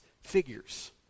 figures